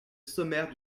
sommaire